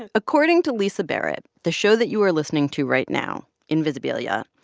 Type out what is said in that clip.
and according to lisa barrett, the show that you are listening to right now, invisibilia,